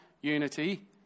unity